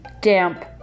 damp